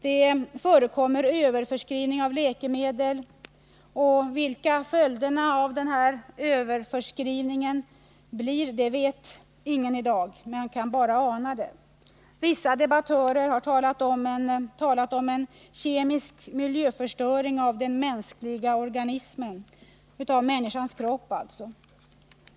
Det förekommer överförskrivning av läkemedel och vilka följderna blir av denna överförskrivning vet ingen i dag — man kan bara ana. Vissa debattörer har talat om en kemisk miljöförstöring av den mänskliga organismen — människans kropp.